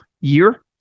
year